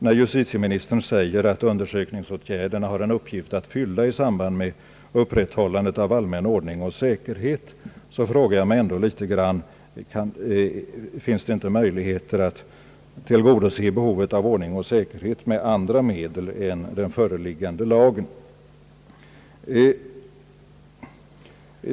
När justitieministern säger att undersökningsåtgärderna har en uppgift att fylla i samband med upprätthållandet av allmän ordning och säkerhet frågar jag mig ändå om det inte finns möjligheter att tillgodose behovet av ordning och säkerhet med andra medel än med den föreliggande lagen.